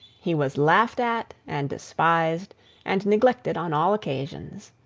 he was laughed at and despised and neglected on all occasions.